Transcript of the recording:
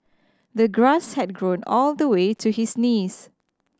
the grass had grown all the way to his knees